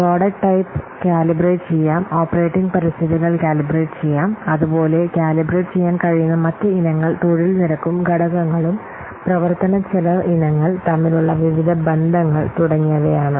പ്രോഡക്റ്റ്ടൈപ്പ് calibrate ചെയ്യാം operating പരിതസ്ഥിതികൾ calibrate ചെയ്യാം അതുപോലെ കാലിബ്രേറ്റ് ചെയ്യാൻ കഴിയുന്ന മറ്റ് ഇനങ്ങൾ തൊഴിൽ നിരക്കും ഘടകങ്ങളും പ്രവർത്തന ചെലവ് ഇനങ്ങൾ തമ്മിലുള്ള വിവിധ ബന്ധങ്ങൾ തുടങ്ങിയവയാണ്